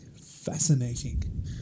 fascinating